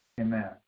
Amen